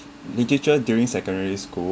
literature during secondary school